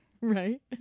Right